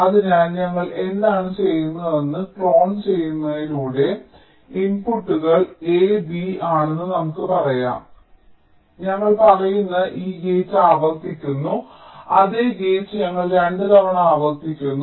അതിനാൽ ഞങ്ങൾ എന്താണ് ചെയ്യുന്നതെന്ന് ക്ലോൺ ചെയ്യുന്നതിലൂടെ ഇൻപുട്ടുകൾ A B ആണെന്ന് നമുക്ക് പറയാം അതിനാൽ ഞങ്ങൾ പറയുന്നു ഈ ഗേറ്റ് ആവർത്തിക്കുന്നു അതേ ഗേറ്റ് ഞങ്ങൾ രണ്ടുതവണ ആവർത്തിക്കുന്നു